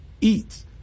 eats